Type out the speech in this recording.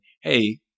hey